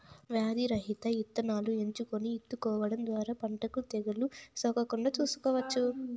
వ్యాధి రహిత ఇత్తనాలను ఎంచుకొని ఇత్తుకోవడం ద్వారా పంటకు తెగులు సోకకుండా చూసుకోవచ్చు